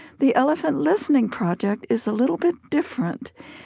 the elephant listening project is a little bit different.